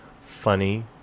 funny